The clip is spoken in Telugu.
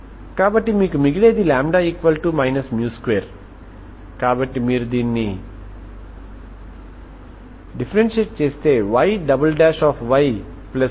కాబట్టి మీరు వ్రాయరు మీరు ఇక్కడ cos λx cos μx వంటి వాటితో భర్తీ చేయరు ఎందుకంటే ఇక్కడ స్పష్టంగా కనిపిస్తాయి కాబట్టి అక్కడ మీరు స్పష్టంగా కనుగొనలేకపోవడం వలన మీరు nఅని పిలుస్తారు